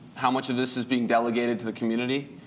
how much of this is being delegated to the community?